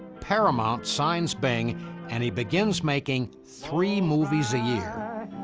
paramount signs bing and he begins making three movies a year.